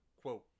Quote